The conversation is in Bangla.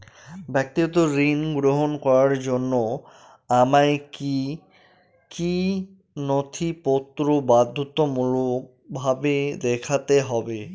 ব্যক্তিগত ঋণ গ্রহণ করার জন্য আমায় কি কী নথিপত্র বাধ্যতামূলকভাবে দেখাতে হবে?